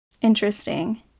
Interesting